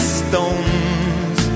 stones